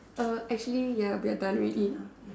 uh actually ya we are done already